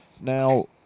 Now